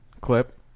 clip